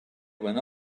when